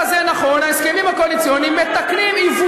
אנחנו עוד פעם נתחיל עם קריאות